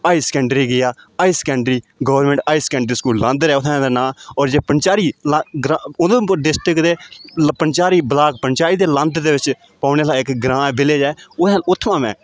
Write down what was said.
high secondary गेआ high secondary government high secondary school Landar उ'त्थें दा नांऽ होर जे पंचैरी ला ग्रांऽ उधमपुर डिस्ट्रिक्ट दे पंचैरी ब्लॉक पंचायत दे लांदर दे बिच पौने दा इक ग्रांऽ ऐ विलेज़ ऐ उ'त्थें उ'त्थुआं में